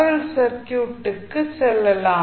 L சர்க்யூட்டுக்கு செல்லலாம்